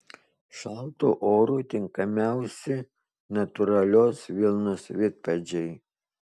šaltu oru tinkamiausi natūralios vilnos vidpadžiai